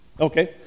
Okay